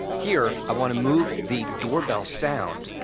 here i want to move the doorbell sound,